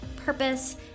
purpose